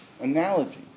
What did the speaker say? analogy